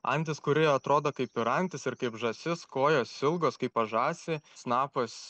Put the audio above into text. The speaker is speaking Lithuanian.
antis kuri atrodo kaip ir antis ir kaip žąsis kojos ilgos kaip pas žąsį snapas